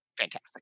Fantastic